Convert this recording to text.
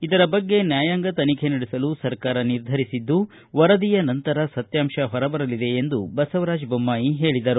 ಇದರ ಬಗ್ಗೆ ನ್ಯಾಯಾಂಗ ತನಿಖೆ ನಡೆಸಲು ಸರ್ಕಾರ ನಿರ್ಧರಿಸಿದ್ದು ವರದಿಯ ನಂತರ ಸತ್ನಾಂಶ ಹೊರಬರಲಿದೆ ಎಂದು ಬಸವರಾಜ ಬೊಮ್ನಾಯಿ ಹೇಳಿದರು